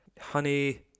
Honey